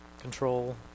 control